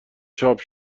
چاپ